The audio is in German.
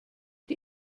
die